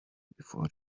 before